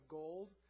gold